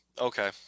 Okay